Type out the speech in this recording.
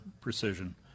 precision